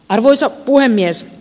arvoisa puhemies